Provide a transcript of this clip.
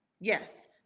yes